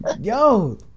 yo